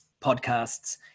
podcasts